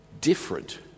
different